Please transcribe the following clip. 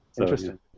Interesting